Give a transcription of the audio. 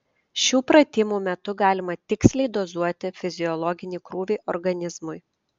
šių pratimų metu galima tiksliai dozuoti fiziologinį krūvį organizmui